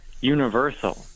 universal